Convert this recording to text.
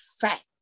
fact